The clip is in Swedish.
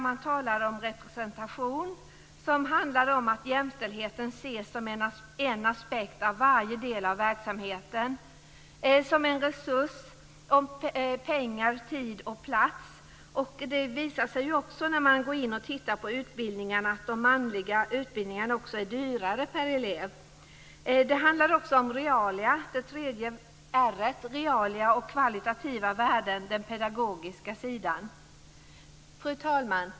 Man talar om representation som handlar om att man kan se jämställdheten som en aspekt av varje del av verksamheten, som en resurs, pengar, tid och plats. Det visar sig också när man tittar på utbildningsfrågorna att de manliga utbildningarna är dyrare per elev. Det tredje R:et är realia och kvalitativa värden, den pedagogiska sidan. Fru talman!